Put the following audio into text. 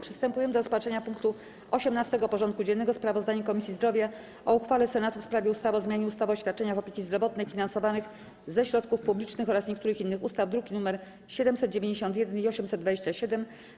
Przystępujemy do rozpatrzenia punktu 18. porządku dziennego: Sprawozdanie Komisji Zdrowia o uchwale Senatu w sprawie ustawy o zmianie ustawy o świadczeniach opieki zdrowotnej finansowanych ze środków publicznych oraz niektórych innych ustaw (druki nr 791 i 827)